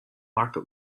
market